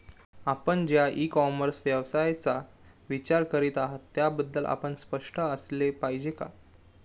आपण ज्या e commerce व्यवसायाचा विचार करीत आहात त्याबद्दल आपण स्पष्ट असले पाहिजे का?